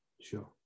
Sure